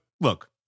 look